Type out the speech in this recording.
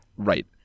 Right